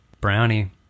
brownie